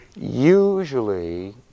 Usually